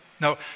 No